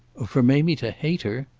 for mamie to hate her?